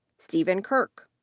stephen kirk.